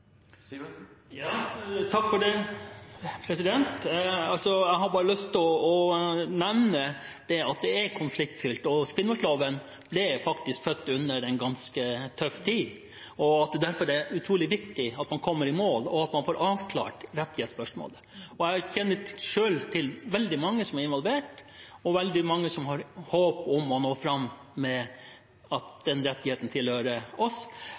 Jeg har bare lyst å nevne at det er konfliktfylt, og Finnmarksloven ble født under en ganske tøff tid. Derfor er det utrolig viktig at man kommer i mål, og at man får avklart rettighetsspørsmålet. Jeg kjenner selv til veldig mange som er involvert, og veldig mange som har håp om å nå fram med at den rettigheten tilhører